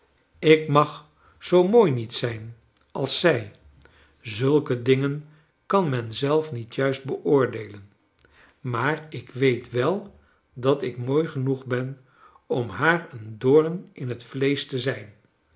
ik mag zoo mooi niet zijn als zij zulke dingen kan men zelf niet juist beoordeelen maar ik weet wel dat ik mooi genoeg ben om haar een doom in het vleesch te zijn